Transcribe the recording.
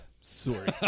Sorry